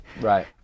Right